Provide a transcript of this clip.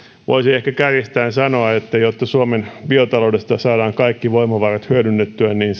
voisi ehkä kärjistäen sanoa että jotta suomen biotaloudesta saadaan kaikki voimavarat hyödynnettyä niin